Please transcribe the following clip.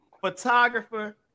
photographer